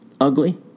ugly